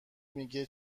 میگه